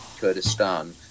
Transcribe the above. Kurdistan